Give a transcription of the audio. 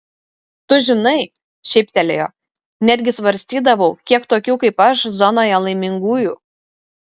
tu žinai šyptelėjo netgi svarstydavau kiek tokių kaip aš zonoje laimingųjų